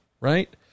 right